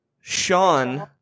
Sean